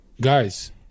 guys